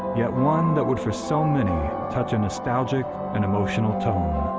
yet one that would for so many touch a nostalgic and emotional tone,